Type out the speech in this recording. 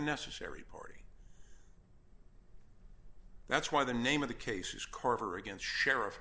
a necessary party that's why the name of the case is carver against sheriff